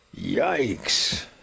Yikes